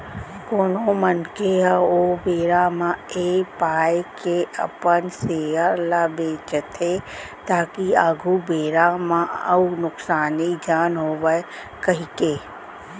कोनो मनखे ह ओ बेरा म ऐ पाय के अपन सेयर ल बेंचथे ताकि आघु बेरा म अउ नुकसानी झन होवय कहिके